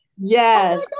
Yes